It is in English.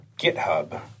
GitHub